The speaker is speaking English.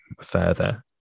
further